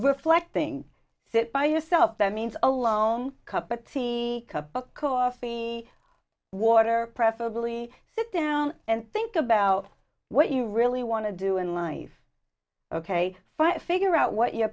reflecting that by yourself that means alone cup but see coffee water preferably sit down and think about what you really want to do in life ok i figure out what your